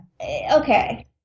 okay